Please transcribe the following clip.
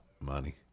money